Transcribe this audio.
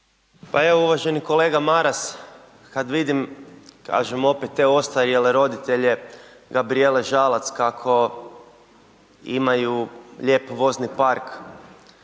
Pa evo uvaženi kolega Maras, kad vidim, kažem opet, te ostarjele roditelje Gabrijele Žalac kako imaju lijep vozni park,